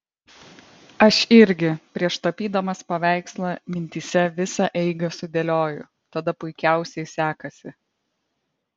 aš irgi prieš tapydamas paveikslą mintyse visą eigą sudėlioju tada puikiausiai sekasi